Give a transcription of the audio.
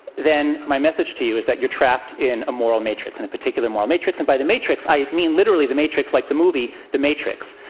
then my message to you is that you're trapped in a moral matrix, in a particular moral matrix. and by the matrix, i mean literally the matrix like the movie the matrix.